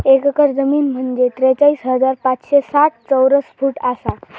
एक एकर जमीन म्हंजे त्रेचाळीस हजार पाचशे साठ चौरस फूट आसा